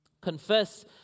Confess